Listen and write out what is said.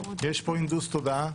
יש פה הנדוס תודעה,